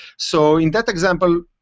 so in that example,